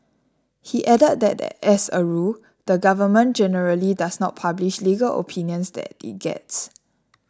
he added that as a rule the Government generally does not publish legal opinions that it gets